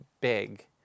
big